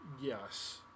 Yes